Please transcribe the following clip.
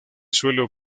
suelo